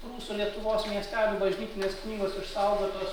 prūsų lietuvos miestelių bažnytinės knygos išsaugotos